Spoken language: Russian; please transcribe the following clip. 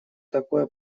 такое